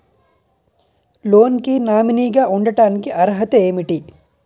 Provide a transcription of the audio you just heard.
Loan కి nominee గా ఉండటానికి అర్హత ఏమిటి?